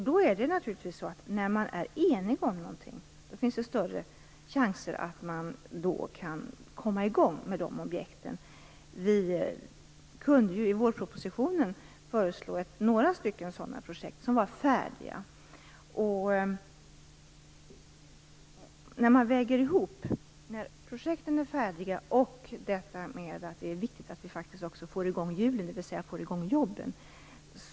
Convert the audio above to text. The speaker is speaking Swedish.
Då är det naturligtvis så att när man är enig om något finns det större chanser att man kan komma i gång med dessa objekt. Vi föreslog i vårpropositionen några sådana projekt som var färdiga. Det är viktigt att vi faktiskt också får i gång hjulen, dvs. får i gång jobben.